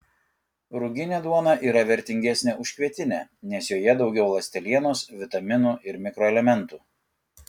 ruginė duona yra vertingesnė už kvietinę nes joje daugiau ląstelienos vitaminų ir mikroelementų